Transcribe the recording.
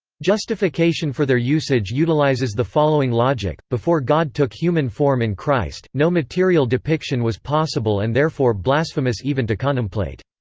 justification for their usage utilises the following logic before god took human form in christ, no material depiction was possible and therefore blasphemous even to contemplate.